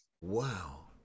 wow